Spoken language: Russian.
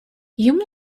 ему